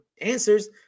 answers